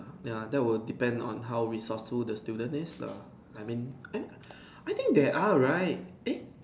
ya that would depends on how resourceful the student is lah I mean I mean I think there are right eh